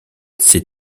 ces